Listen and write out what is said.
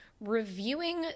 reviewing